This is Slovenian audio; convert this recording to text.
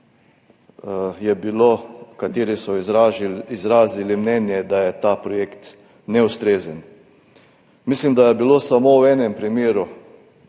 je bilo, ki so izrazili mnenje, da je ta projekt neustrezen. Mislim, da je bila samo v enem primeru